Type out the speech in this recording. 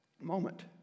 moment